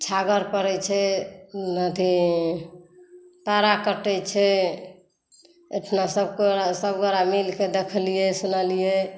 छागर पड़ै छै अथी पाड़ा कटै छै ओइठुना सभगोरा मिलकऽ देखलिए सुनलिए